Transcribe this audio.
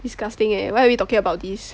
disgusting eh why are we talking about this